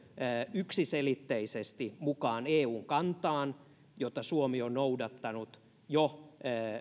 yksiselitteisesti mukaan eun kantaan jota suomi on noudattanut jo